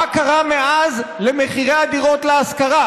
מה קרה מאז למחירי הדירות להשכרה?